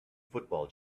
football